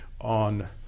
on